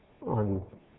on